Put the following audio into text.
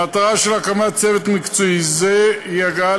המטרה של הקמת צוות מקצועי זה היא הגעה